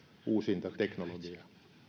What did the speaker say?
uusinta teknologiaa